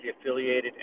affiliated